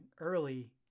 early